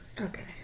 Okay